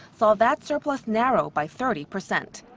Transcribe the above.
saw that surplus narrow by thirty percent.